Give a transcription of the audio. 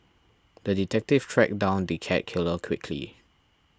the detective tracked down the cat killer quickly